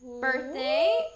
Birthday